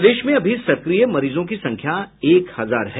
प्रदेश में अभी सक्रिय मरीजों की संख्या एक हजार है